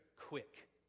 quick